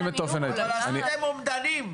אבל עשיתם אומדנים?